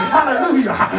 Hallelujah